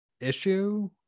issue